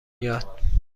یاد